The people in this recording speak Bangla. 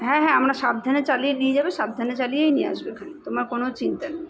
হ্যাঁ হ্যাঁ আমরা সাবধানে চালিয়ে নিয়ে যাব সাবধানে চালিয়েই নিয়ে আসবে এখানে তোমার কোনো চিন্তা নেই